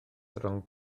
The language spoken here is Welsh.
rhwng